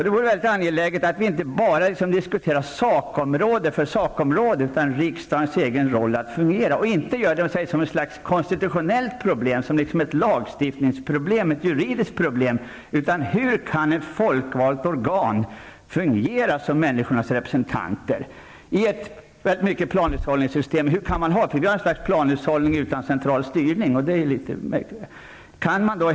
Det vore angeläget att inte bara diskutera sakområden, utan också riksdagens egen roll och förmåga att fungera. Det här skall inte göras till något konstitutionellt problem -- ett lagstiftningseller juridiskt problem. Det är fråga om hur ett folkvalt organ skall kunna fungera som människornas representant. Vi har här ett slags planhushållningssystem utan central styrning. Det är lite märkligt.